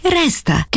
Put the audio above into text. resta